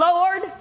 Lord